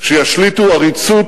שישליטו עריצות